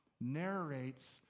narrates